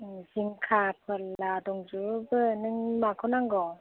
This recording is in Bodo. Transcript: जिंखा फोरला दंजोबो नों माखौ नांगौ